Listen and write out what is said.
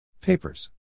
Papers